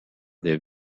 des